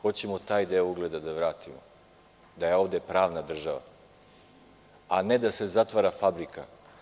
Hoćemo taj deo ugleda da vratimo, da je ovde pravna država, a ne da se zatvara fabrika.